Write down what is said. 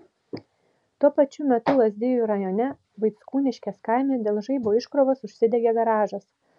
tuo pačiu metu lazdijų rajone vaickūniškės kaime dėl žaibo iškrovos užsidegė garažas